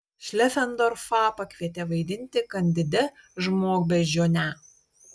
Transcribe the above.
šlefendorfą pakvietė vaidinti kandide žmogbeždžionę